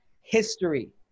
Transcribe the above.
history